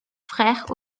frères